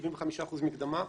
75% מקדמה,